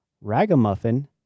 Ragamuffin